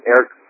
Eric